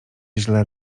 źle